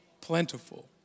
plentiful